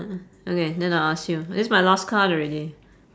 uh okay then I'll ask you this my last card already